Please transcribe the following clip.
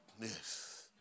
Yes